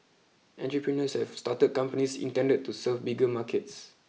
entrepreneurs have started companies intended to serve bigger markets